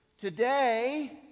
Today